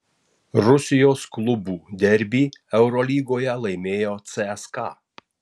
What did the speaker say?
rusijos klubų derbį eurolygoje laimėjo cska